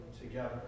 together